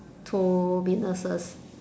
to businesses